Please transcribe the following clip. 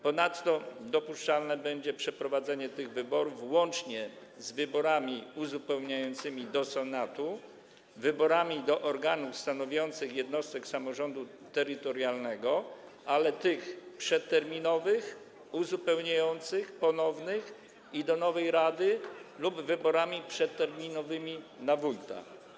Ponadto dopuszczalne będzie przeprowadzenie tych wyborów łącznie z wyborami uzupełniającymi do Senatu, wyborami do organów stanowiących jednostek samorządu terytorialnego: przedterminowymi, uzupełniającymi, ponownymi i do nowej rady lub wyborami przedterminowymi wójta.